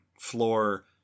floor